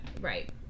Right